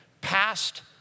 past